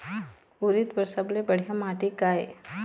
उरीद बर सबले बढ़िया माटी का ये?